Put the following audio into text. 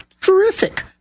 terrific